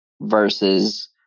versus